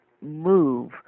move